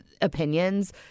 opinions